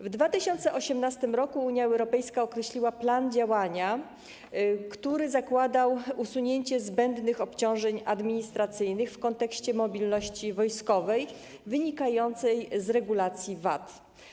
W 2018 r. Unia Europejska określiła plan działania, który zakładał usunięcie zbędnych obciążeń administracyjnych w kontekście mobilności wojskowej wynikającej z regulacji VAT.